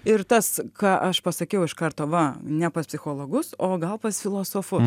ir tas ką aš pasakiau iš karto va ne pas psichologus o gal pas filosofus